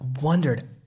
wondered